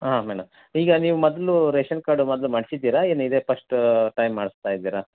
ಹಾಂ ಮೇಡಮ್ ಈಗ ನೀವು ಮೊದ್ಲೂ ರೇಷನ್ ಕಾರ್ಡು ಮೊದ್ಲ್ ಮಾಡಿಸಿದ್ದೀರ ಏನು ಇದೆ ಪಸ್ಟ್ ಟೈಮ್ ಮಾಡಿಸ್ತ ಇದ್ದೀರಾ